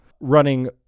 running